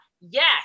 yes